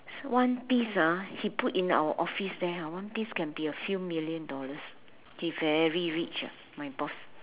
one piece ah he put in our office there ah one piece can be a few million dollars he very rich ah my boss